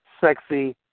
sexy